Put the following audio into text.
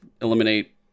eliminate